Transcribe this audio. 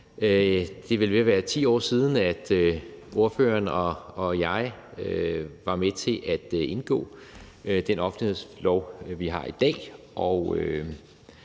vel ved at være 10 år siden, ordføreren og jeg var med til at indgå aftalen om den offentlighedslov, vi har i dag,